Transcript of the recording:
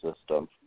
system